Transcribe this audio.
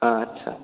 आदसा